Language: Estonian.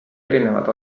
erinevad